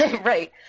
right